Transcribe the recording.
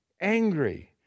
angry